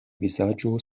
vizaĝo